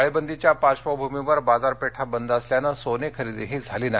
टाळेबंदीच्या पार्वभूमीवर बाजारपेठ बंद असल्याने सोने खरेदीही झाली नाही